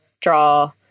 draw